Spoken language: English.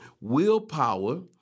willpower